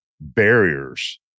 barriers